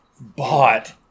Bought